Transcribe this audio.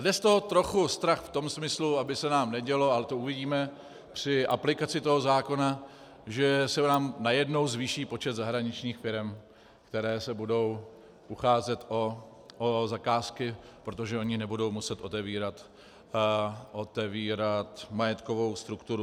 Jde z toho strach v tom smyslu, aby se nám nedělo, ale to uvidíme při aplikaci toho zákona, že se nám najednou zvýší počet zahraničních firem, které se budou ucházet o zakázky, protože ony nebudou muset otevírat majetkovou strukturu.